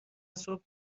صبح